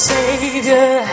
Savior